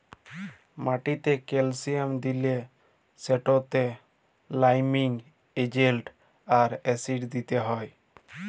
মাটিতে ক্যালসিয়াম দিলে সেটতে লাইমিং এজেল্ট আর অ্যাসিড দিতে হ্যয়